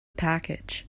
package